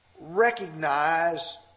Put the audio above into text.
Recognize